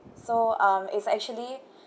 so um it's actually